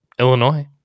Illinois